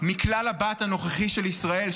מכלל ה-BAT הנוכחי של ישראל,